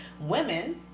Women